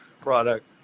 product